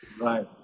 right